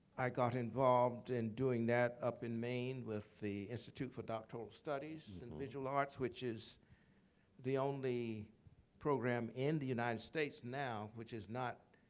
i got involved in doing that up in maine with the institute for doctoral studies and visual arts, which is the only program in the united states now which is not